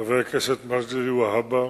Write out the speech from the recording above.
חבר כנסת מגלי והבה,